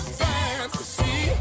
fantasy